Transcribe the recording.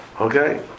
Okay